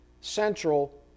central